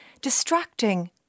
distracting